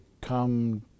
come